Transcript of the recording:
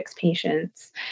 patients